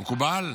מקובל?